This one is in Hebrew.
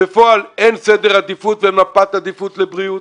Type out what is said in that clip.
בפועל אין סדר עדיפות ומפת עדיפות לבריאות